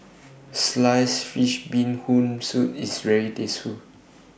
Sliced Fish Bee Hoon Soup IS very